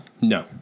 No